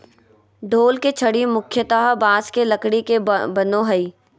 ढोल के छड़ी मुख्यतः बाँस के लकड़ी के बनो हइ